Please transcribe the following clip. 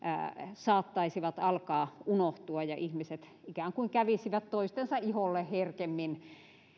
saattaisivat alkaa unohtua ja ihmiset ikään kuin kävisivät toistensa iholle herkemmin